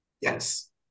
yes